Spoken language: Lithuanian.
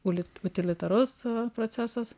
ulit utilitarus procesas